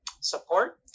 support